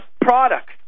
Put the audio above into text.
product